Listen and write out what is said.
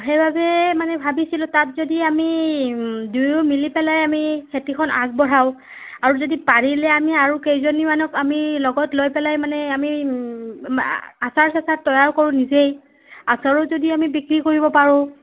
সেইবাবে মানে ভাবিছিলোঁ তাত যদি আমি দুয়ো মিলি পেলাই আমি খেতিখন আগবঢ়াওঁ আৰু যদি পাৰিলে আমি আৰু কেইজনীমানক আমি লগত লৈ পেলাই মানে আমি আচাৰ চাচাৰ তৈয়াৰ কৰোঁ নিজেই আচাৰো যদি আমি বিক্ৰী কৰিব পাৰোঁ